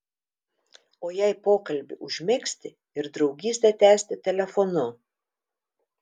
o jei pokalbį užmegzti ir draugystę tęsti telefonu